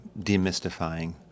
demystifying